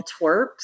twerps